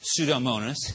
pseudomonas